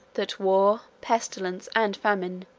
that war, pestilence, and famine,